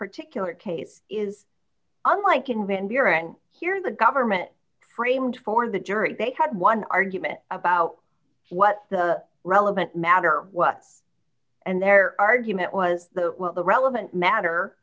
particular case is unlike in van buren here the government framed for the jury they had one argument about what the relevant matter what and their argument was what the relevant matter